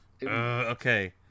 Okay